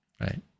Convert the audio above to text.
right